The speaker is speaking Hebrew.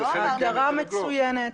הגדרה מצוינת.